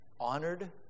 honored